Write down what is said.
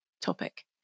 topic